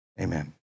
Amen